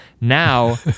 Now